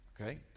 Okay